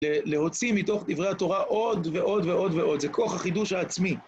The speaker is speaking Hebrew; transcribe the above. להוציא מתוך דברי התורה עוד ועוד ועוד ועוד, זה כוח החידוש העצמי.